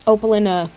Opalina